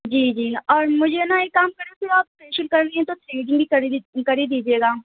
جی جی اور مجھے نا ایک کام کریں پھر آپ فیشیل کر رہی ہیں تو کر ہی دیجیے گا